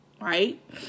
right